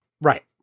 right